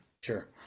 Sure